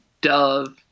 dove